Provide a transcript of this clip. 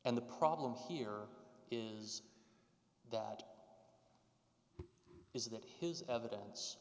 and the problem here is that is that his evidence